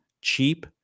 cheap